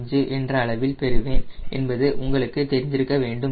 5 என்ற அளவில் பெறுவேன் என்பது உங்களுக்கு தெரிந்திருக்க வேண்டும்